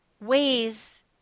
ways